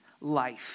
life